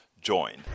join